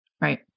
right